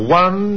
one